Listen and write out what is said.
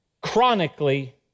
Chronically